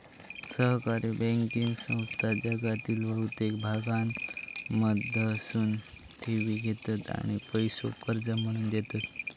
सहकारी बँकिंग संस्था जगातील बहुतेक भागांमधसून ठेवी घेतत आणि पैसो कर्ज म्हणून देतत